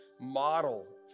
model